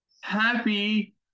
happy